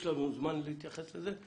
יש לנו זמן להתייחס לזה.